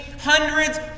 hundreds